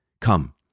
Come